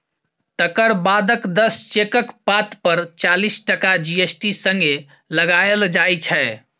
तकर बादक दस चेकक पात पर चालीस टका जी.एस.टी संगे लगाएल जाइ छै